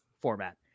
format